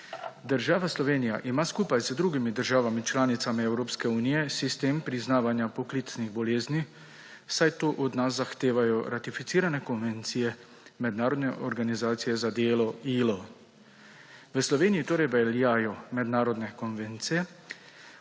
Država Slovenija ima skupaj z drugimi državami članicami Evropske unije sistem priznavanja poklicnih bolezni, saj to od nas zahtevajo ratificirane konvencije mednarodne organizacije za delo ILO. V Sloveniji torej veljajo mednarodne konvencije